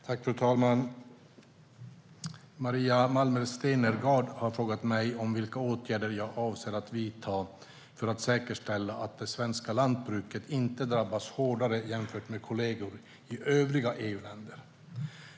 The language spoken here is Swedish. Fru talman! Maria Malmer Stenergard har frågat mig vilka åtgärder jag avser att vidta för att säkerställa att det svenska lantbruket inte drabbas hårdare jämfört med kollegorna i övriga EU-länder.